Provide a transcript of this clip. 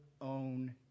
own